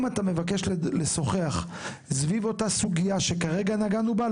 אם אתה מבקש לשוחח סביב אותה סוגייה שכרגע נגענו בה,